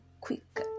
quick